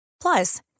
Plus